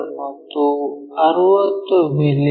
ಮತ್ತು 60 ಮಿ